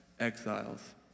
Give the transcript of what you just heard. Exiles